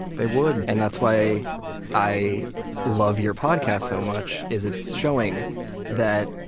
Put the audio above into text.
they would. and that's why i love your podcast so much, is it's showing that